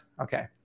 Okay